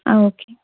ஆ okay